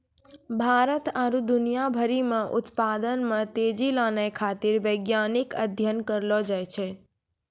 भारत आरु दुनिया भरि मे उत्पादन मे तेजी लानै खातीर वैज्ञानिक अध्ययन करलो जाय छै